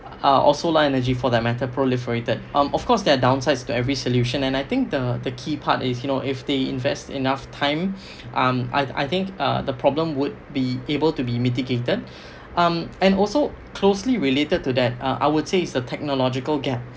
um or solar energy for that matter proliferated and of course there are downsides to every solution and I think the the key part is you know if they invest enough time um I I think uh the problem would be able to be mitigated um and also closely related to that uh I would say it's a technological gap